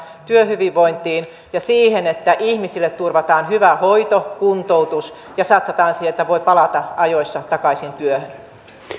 työhyvinvointiin ja siihen että ihmisille turvataan hyvä hoito kuntoutus ja satsataan siihen että voi palata ajoissa takaisin työhön